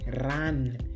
run